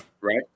right